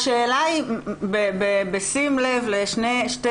שניים, שזה